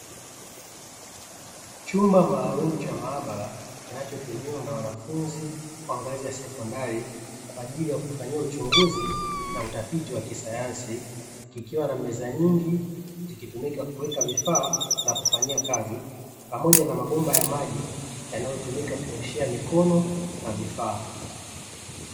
Chumba maalumu cha mahabara kinachotumiwa na wanafunzi wa ngazi ya sekondari kwa ajili ya kufanyia uchunguzi na utafiti wa kisayansi kikiwa na meza nyingi zikitumika kuweka vifaa na kufanyia kazi pamoja na mabomba ya maji yanayotumika kuoshea mikono na vifaa.